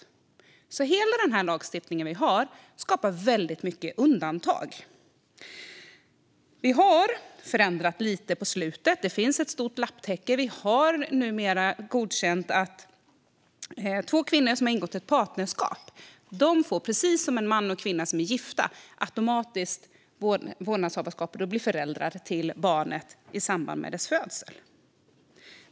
Hela den lagstiftning som vi har skapar väldigt många undantag. Vi har förändrat lite grann på senare tid. Det finns ett stort lapptäcke. Vi har numera godkänt att två kvinnor som har ingått partnerskap automatiskt blir, precis som en man och en kvinna som är gifta, vårdnadshavare och föräldrar till barnet i samband med dess födsel.